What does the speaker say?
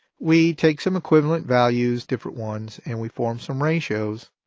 we take some equivalent values, different ones, and we form some ratios,